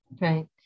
Right